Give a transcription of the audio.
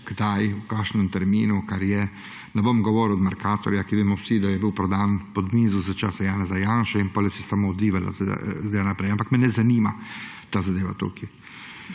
kdaj, v kakšnem terminu. Ne bom govoril o Mercatorja, ker vemo vsi, da je bil prodan pod mizo za časa Janeza Janše in potem se je samo odvijalo naprej, ampak me ne zanima ta zadeva tukaj.